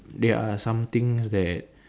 there are somethings that